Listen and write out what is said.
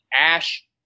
Ash